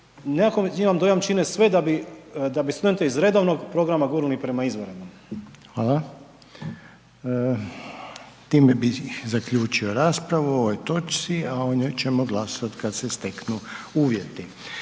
nekako imam dojam, čine sve da bi studente iz redovnog programa gurnuli prema izvanrednima. **Reiner, Željko (HDZ)** Hvala. Time bi zaključio raspravu o ovoj točci, a o njoj ćemo glasovat kad se steknu uvjeti.